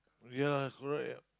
ya correct ah